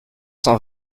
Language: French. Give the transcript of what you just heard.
cent